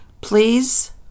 please